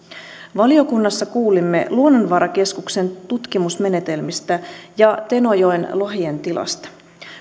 valiokunnassa kuulimme luonnonvarakeskuksen tutkimusmenetelmistä ja tenojoen lohien tilasta